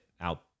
out